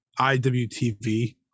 IWTV